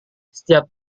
setiap